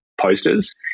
posters